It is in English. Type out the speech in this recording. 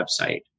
website